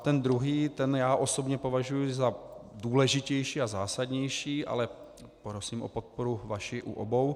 Ten druhý, ten já osobně považuji za důležitější a zásadnější, ale prosím o vaši podporu u obou.